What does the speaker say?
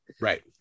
Right